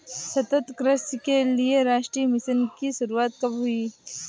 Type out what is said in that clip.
सतत कृषि के लिए राष्ट्रीय मिशन की शुरुआत कब हुई?